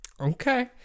okay